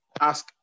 ask